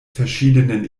verschiedenen